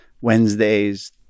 wednesdays